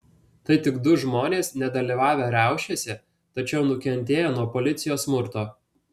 tai tik du žmonės nedalyvavę riaušėse tačiau nukentėję nuo policijos smurto